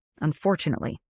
Unfortunately